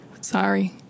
Sorry